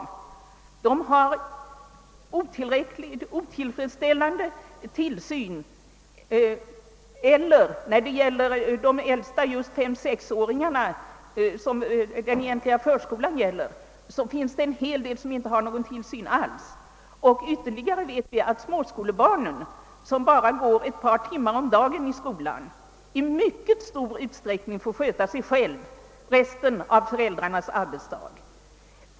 De har otillräcklig tillsyn eller vad beträffar en hel del av de äldsta, alltså femoch sexåringarna, som den egentliga förskolan är avsedd för, ingen tillsyn alls. Vidare vet man att småskolebarnen som bara går ett par timmar om dagen i skolan i mycket stor utsträckning får sköta sig själva under återstoden av föräldrarnas arbetsdag.